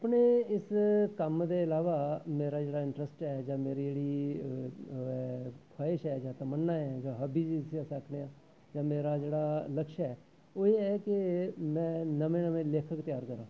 अपने इस कम्म दे अलावा मेरा जेह्ड़ा इंटरैस्ट ऐ जां मेरी जेह्डी ओह् ऐ खाइश ऐ जां तमन्ना ऐ जां हाब्बी जिसी अस आखने आं जां मेरा जेह्ड़ा लक्ष्य ऐ ओह् एह् ऐ कि में नमें नमें लेखक त्यार करां